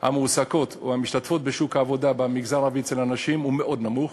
המועסקות או המשתתפות בשוק העבודה במגזר הערבי הוא מאוד נמוך.